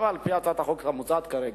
וגם על-פי הצעת החוק המוצעת כרגע,